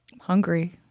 Hungry